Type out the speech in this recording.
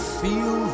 feel